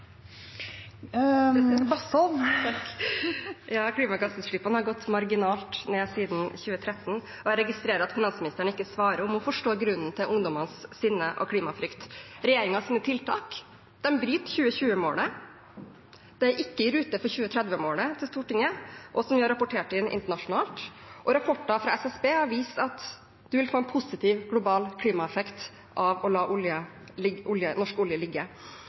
Klimagassutslippene har gått marginalt ned siden 2013. Jeg registrerer at finansministeren ikke svarer på om hun forstår grunnen til ungdommenes sinne og frykt for klimaet. Når det gjelder regjeringens tiltak, brytes 2020-målet. 2030-målet til Stortinget, som er rapportert inn internasjonalt, er ikke i rute. Rapporter fra SSB har vist at man vil få en positiv global klimaeffekt av å la norsk olje